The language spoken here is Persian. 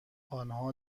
آنها